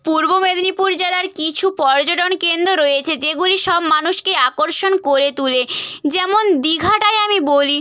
পূর্ব মেদিনীপুর জেলার কিছু পর্যটন কেন্দ্র রয়েছে যেগুলি সব মানুষকেই আকর্ষণ করে তোলে যেমন দীঘাটাই আমি বলি